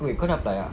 wait kau dah apply ah